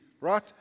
right